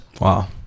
Wow